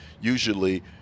usually